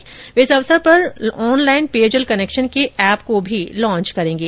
वे इस अवसर पर ऑनलाईन पेयजल कनेक्शन के एप को भी लॉन्च करेंगे